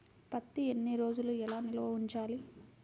పత్తి ఎన్ని రోజులు ఎలా నిల్వ ఉంచాలి?